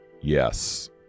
yes